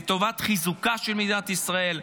לטובת חיזוקה של מדינת ישראל.